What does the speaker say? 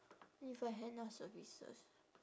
with a henna services